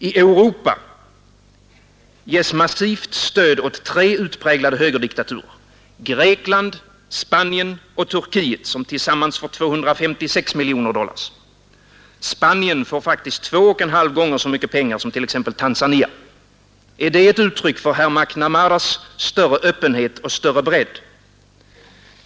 I Europa ges massivt stöd åt tre utpräglade högerdiktaturer, Grekland, Spanien och Turkiet, som tillsammans får 256 miljoner dollar. Spanien får faktiskt två och en halv gång så mycket pengar som t.ex. Tanzania. Är det ett uttryck för herr McNamaras större öppenhet och större bredd?